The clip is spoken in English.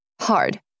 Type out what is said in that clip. hard